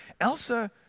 Elsa